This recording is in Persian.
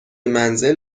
منزل